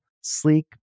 sleek